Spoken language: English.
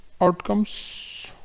Outcomes